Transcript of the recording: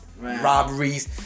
robberies